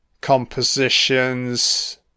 Compositions